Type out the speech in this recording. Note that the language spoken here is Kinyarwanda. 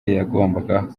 yagombaga